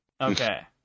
Okay